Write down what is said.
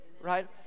right